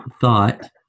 thought